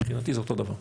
מבחינתי זה אותו דבר.